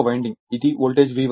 ఇది voltage V1 ఇది voltage V2